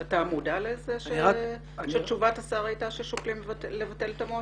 אתה מודע לזה שתשובת השר הייתה ששוקלים לבטל את המועצה?